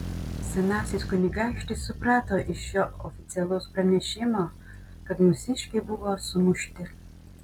senasis kunigaikštis suprato iš šio oficialaus pranešimo kad mūsiškiai buvo sumušti